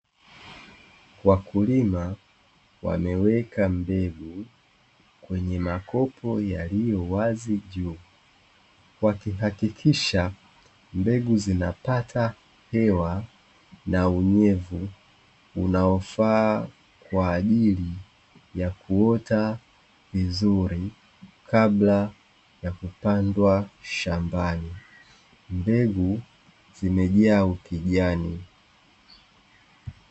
Wakulima wameweka mbegu kwenye makopo yaliyowazi juu, wakihakikisha mbegu zinapata hewa na unyevu unaofaa kwaajili ya kuota vizuri kabla ya kupandwa shambani. Mbegu zimejaa ukijani